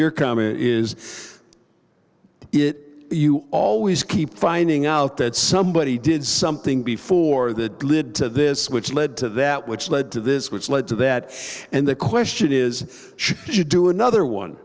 your coming is it you always keep finding out that somebody did something before the led to this which led to that which led to this which led to that and the question is should you do another one